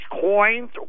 coins